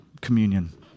communion